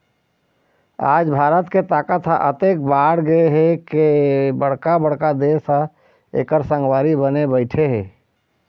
आज भारत के ताकत ह अतेक बाढ़गे हे के बड़का बड़का देश ह एखर संगवारी बने बइठे हे